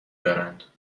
دارند